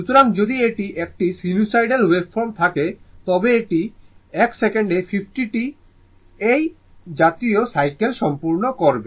সুতরাং যদি এটি একটি সাইনুসোইডাল ওয়েভফর্ম থাকে তবে এটি 1 সেকেন্ডে 50 টি এই জাতীয় সাইকেল সম্পূর্ণ করবে